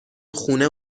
خونه